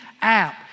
app